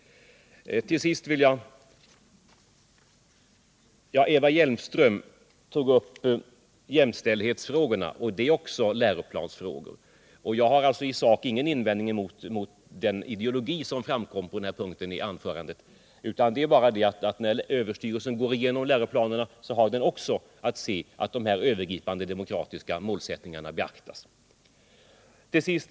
Eva Hjelmström tog upp jämställdhetsfrågorna, och det är också läroplansfrågor. Jag har i sak ingen invändning mot den ideologi som framkom på den punkten i hennes anförande. När överstyrelsen går igenom läroplanerna har den också att se till att dessa övergripande demokratiska målsättningar beaktas.